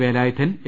Velayudhan A